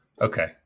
Okay